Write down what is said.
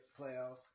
playoffs